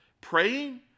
praying